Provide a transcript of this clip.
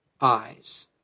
eyes